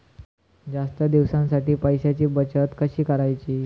जास्त दिवसांसाठी पैशांची बचत कशी करायची?